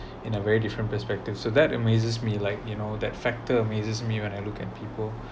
in a very different perspective so that amazes me like you know that factor amazes me when I look at people